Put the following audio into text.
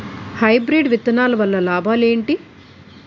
Hybrid విత్తనాలు వల్ల లాభాలు ఏంటి?